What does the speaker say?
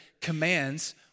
commands